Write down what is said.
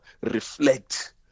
reflect